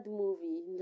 movie